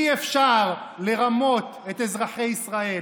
אי-אפשר לרמות את אזרחי ישראל.